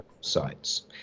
sites